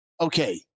Okay